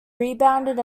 rebounded